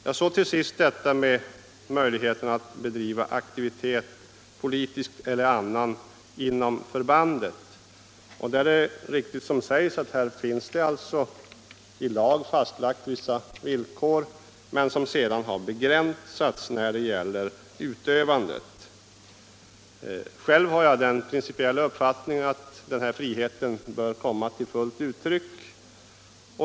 Vad till sist beträffar möjlighet att bedriva politisk eller annan aktivitet inom förbandet är det riktigt att här finns vissa villkor fastlagda i lag, som emellertid sedan har begränsats när det gäller utövandet. Själv har jag den principiella uppfattningen att den här friheten bör komma till fullt uttryck.